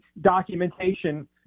documentation